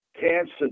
cancer